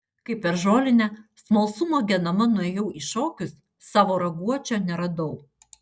kai per žolinę smalsumo genama nuėjau į šokius savo raguočio neradau